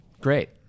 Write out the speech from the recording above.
Great